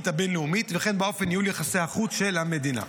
הבין-לאומית וכן באופן ניהול יחסי החוץ של המדינה.